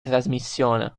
trasmissione